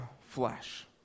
flesh